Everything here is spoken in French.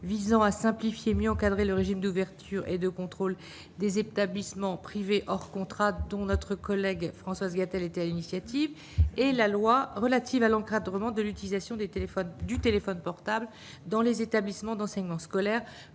visant à simplifier et mieux encadrer le régime d'ouverture et de contrôle des établissements privés hors contrat dont notre collègue Françoise Gatel était initiative et la loi relative à l'encadrement de l'utilisation des téléphones du téléphone portable dans les établissements d'enseignement scolaire